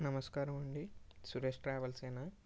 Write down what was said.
నమస్కారం అండి సురేష్ ట్రావెల్స్ ఏనా